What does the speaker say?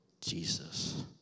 Jesus